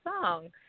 song